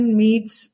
meets